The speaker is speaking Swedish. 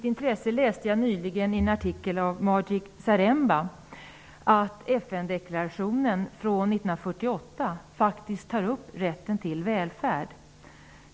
Jag läste nyligen i en artikel av Maciej Zaremba att FN-deklarationen från 1948 faktiskt tar upp rätten till välfärd.